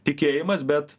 tikėjimas bet